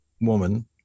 woman